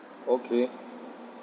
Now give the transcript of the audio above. okay